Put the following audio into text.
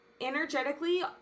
energetically